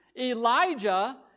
Elijah